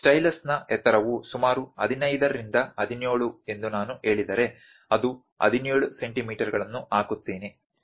ಸ್ಟೈಲಸ್ನ ಎತ್ತರವು ಸುಮಾರು 15 ರಿಂದ 17 ಎಂದು ನಾನು ಹೇಳಿದರೆ ಅದು 17 ಸೆಂಟಿಮೀಟರ್ಗಳನ್ನು ಹಾಕುತ್ತೇನೆ